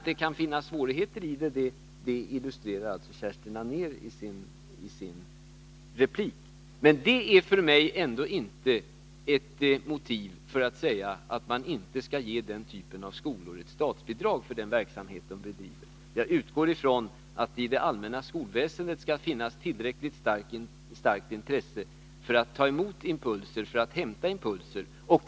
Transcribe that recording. Det kan finnas svårigheter här, vilket Kerstin Anér illustrerade i sin replik, men det är för mig inte ett motiv för att säga att man inte skall ge den typen av skolor ett statsbidrag för den verksamhet som bedrivs. Jag utgår från att det i det allmänna skolväsendet skall finnas ett tillräckligt starkt intresse för att hämta och ta emot impulser från denna verksamhet.